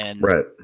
Right